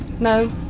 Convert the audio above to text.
no